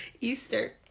Easter